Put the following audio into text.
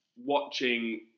watching